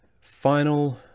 Final